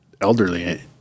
elderly